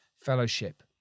fellowship